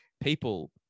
people